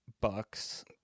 Bucks